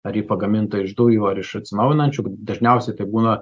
ar ji pagaminta iš dujų ar iš atsinaujinančių dažniausiai tai būna